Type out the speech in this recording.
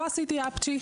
לא עשיתי אפצ'י,